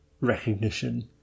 recognition